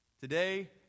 Today